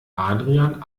adrian